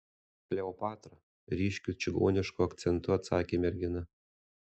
kleopatra ryškiu čigonišku akcentu atsakė mergina